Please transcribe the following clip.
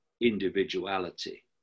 individuality